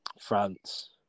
France